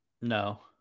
No